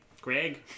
Greg